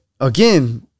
again